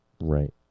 Right